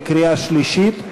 בקריאה שלישית.